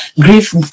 grief